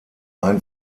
ein